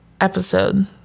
episode